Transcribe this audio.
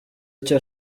icyo